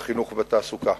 בחינוך ובתעסוקה.